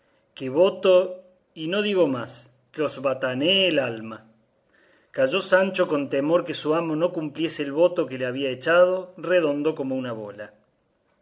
que voto y no digo más que os batanee el alma calló sancho con temor que su amo no cumpliese el voto que le había echado redondo como una bola